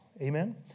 Amen